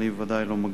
אני בוודאי לא מגביל.